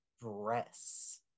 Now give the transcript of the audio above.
dress